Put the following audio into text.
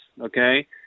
Okay